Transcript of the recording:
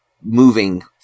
moving